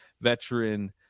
veteran